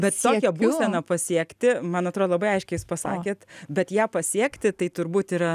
bet tokią būseną pasiekti man atrodo labai aiškiai jūs pasakėt bet ją pasiekti tai turbūt yra